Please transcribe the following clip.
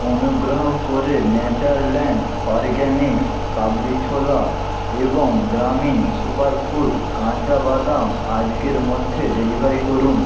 অনুগ্রহ করে Natureland Organics কাবলি ছোলা এবং গ্রামি সুপার ফুড কাঁচা বাদাম আজকের মধ্যে ডেলিভারি করুন